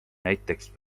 näiteks